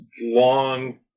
long